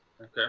Okay